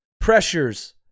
pressures